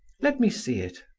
let me see it.